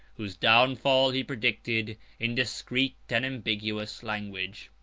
whose downfall he predicted in discreet and ambiguous language.